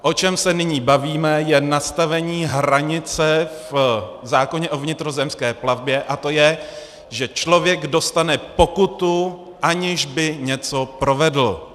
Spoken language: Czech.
O čem se nyní bavíme, je nastavení hranice v zákoně o vnitrozemské plavbě, a to je, že člověk dostane pokutu, aniž by něco provedl.